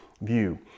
view